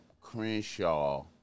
Crenshaw